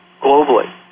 globally